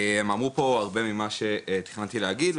אמרו פה הרבה מאוד ממה שתכננתי להגיד,